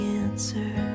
answer